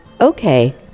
okay